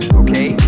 okay